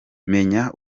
menya